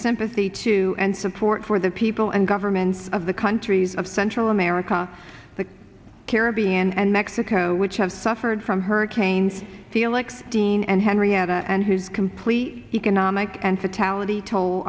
sympathy to and fort for the people and government of the countries of central america the caribbean and mexico which have suffered from hurricanes felix dean and henrietta and his complete economic and fatality toll